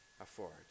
afford